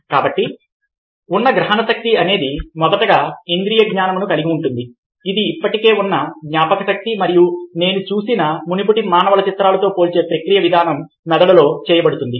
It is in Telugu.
కాబట్టి ఉన్న గ్రహణశక్తి అనేది మొదటగా ఇంద్రియజ్ఞానమును కలిగి ఉంటుంది ఇది ఇప్పటికే ఉన్న జ్ఞాపకశక్తి మరియు నేను చూసిన మునుపటి మానవుల చిత్రాలతో పోల్చే ప్రక్రియ విధానము మెదడులో చేయబడుతుంది